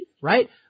right